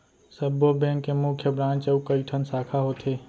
सब्बो बेंक के मुख्य ब्रांच अउ कइठन साखा होथे